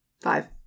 Five